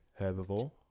herbivore